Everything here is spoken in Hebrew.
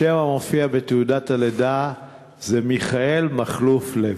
השם המופיע בתעודת הלידה הוא מיכאל מכלוף לוי.